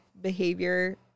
behavior